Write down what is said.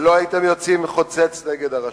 ולא הייתם יוצאים חוצץ נגד הרשויות,